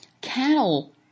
cattle